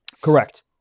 Correct